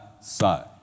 side